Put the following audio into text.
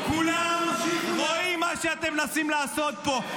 כולם רואים מה שאתם מנסים לעשות פה.